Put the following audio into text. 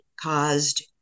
caused